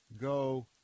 go